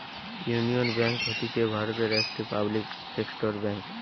union Bank হতিছে ভারতের একটি পাবলিক সেক্টর বেঙ্ক